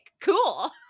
Cool